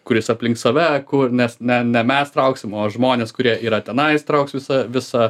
kuris aplink save ku nes ne ne mes trauksim o žmonės kurie yra tenais trauks visa visą